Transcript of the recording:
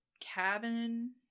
cabin